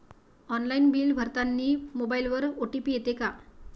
Online bill भरतानी मोबाईलवर OTP येते का?